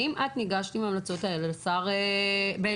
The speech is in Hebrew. האם את ניגשת עם ההמלצות האלה לשר בן